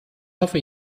hoffe